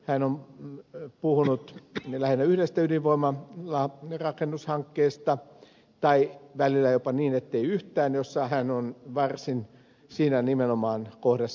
hän on puhunut lähinnä yhdestä ydinvoimalarakennushankkeesta tai välillä jopa niin ettei yhtään jossa hän on siinä kohdassa nimenomaan varsin oikeassa